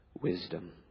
wisdom